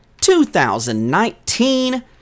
2019